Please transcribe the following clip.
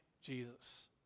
Jesus